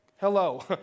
Hello